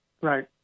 Right